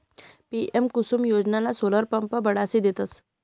PM Kusum योजनामा solar pump बसाडी देतस